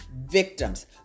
victims